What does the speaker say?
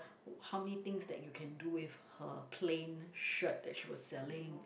how many things that you can do with her plain shirt that she was selling